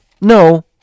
No